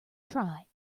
try